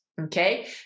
okay